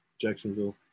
Jacksonville